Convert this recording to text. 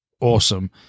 awesome